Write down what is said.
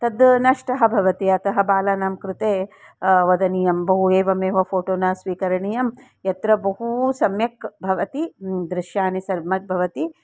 तद् नष्टः भवति अतः बालानां कृते वदनीयं बहु एवमेव फ़ोटो न स्वीकरणीयं यत्र बहु सम्यक् भवति दृश्यानि सम्यक् भवति